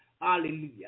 Hallelujah